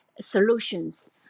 solutions